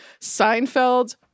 Seinfeld